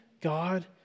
God